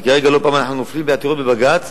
כי כרגע לא פעם אנחנו נופלים בעתירות בבג"ץ,